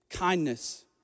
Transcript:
kindness